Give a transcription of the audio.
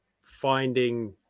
finding